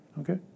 Okay